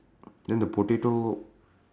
then the potato